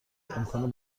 امکان